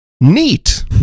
neat